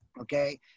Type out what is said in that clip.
okay